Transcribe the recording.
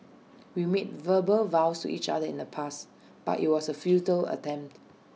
we made verbal vows to each other in the past but IT was A futile attempt